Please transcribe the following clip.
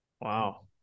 Wow